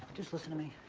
just listen to me?